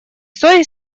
свой